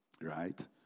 right